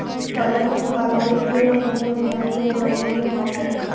dollar के मुकाबले रुपए का कमज़ोर होना रुपए का मूल्यह्रास है